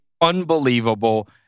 unbelievable